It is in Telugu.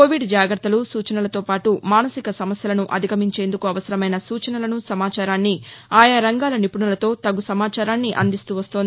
కోవిడ్ జాగత్తలు సూచనలతోపాటు మానసిక సమస్యలను అధిగమించేందుకు అవసరమైన సూచనలను సమాచారాన్ని ఆయా రంగాల నిపుణులతో తగు సమాచారాన్ని అందిస్తూ వస్తోంది